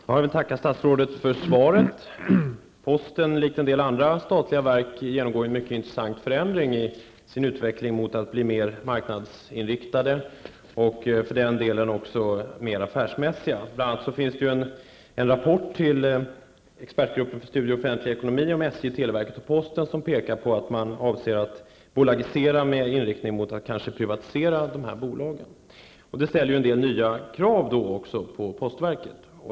Herr talman! Jag vill tacka statsrådet för svaret. Posten och en del andra statliga verk genomgår en mycket intressant förändring i sin utveckling mot att bli mer marknadsinriktade och för den delen också mer affärsmässiga. Bl.a. visar en rapport från expertgruppen med studier i offentlig ekonomi omfattande SJ, televerket och posten att man avser att bolagisera med inriktning mot att kanske privatisera dessa bolag. Det ställer en del nya krav på postverket.